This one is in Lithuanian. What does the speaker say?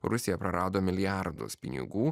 rusija prarado milijardus pinigų